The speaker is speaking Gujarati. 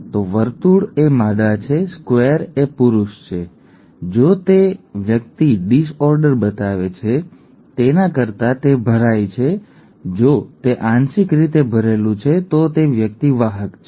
તો વર્તુળ એ માદા છે સ્ક્વેર એ પુરુષ છે જો તે વ્યક્તિ ડિસઓર્ડર બતાવે છે તેના કરતા તે ભરાય છે જો તે આંશિક રીતે ભરેલું છે તો તે વ્યક્તિ વાહક છે ઠીક છે